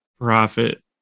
profit